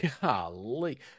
Golly